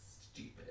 stupid